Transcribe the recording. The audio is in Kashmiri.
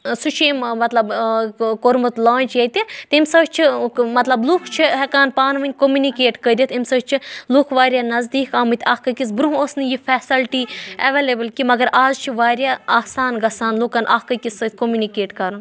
سُہ چھُ امۍ مطلب کوٚرمُت لانچ ییٚتہِ تمہِ سۭتۍ چھِ مطلب لُکھ چھِ ہٮ۪کان پانہٕ ؤنۍ کومنِکیٹ کٔرِتھ امہِ سۭتۍ چھِ لُکھ واریاہ نزدیٖک آمٕتۍ اَکھ أکِس برونٛہہ اوس نہٕ یہِ فیسَلٹی اٮ۪وَلیبٕل کینٛہہ مگر اَز چھِ واریاہ آسان گژھان لُکَن اَکھ أکِس سۭتۍ کوٚمنِکیٹ کَرُن